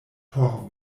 por